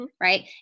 right